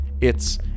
It's